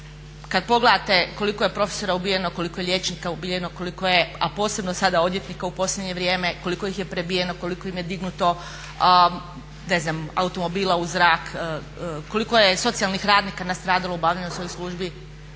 Kad pogledate koliko je profesora ubijeno, koliko je liječnika ubijeno, a posebno sada odvjetnika u posljednje vrijeme, koliko ih je prebijeno, koliko im je dignuto ne znam automobila u zrak, koliko je socijalnih radnika nastradalo u obavljanju svojih službi.